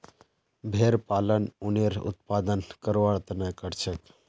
भेड़ पालन उनेर उत्पादन करवार तने करछेक